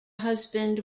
husband